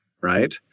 right